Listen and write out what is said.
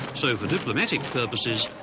so for diplomatic purposes,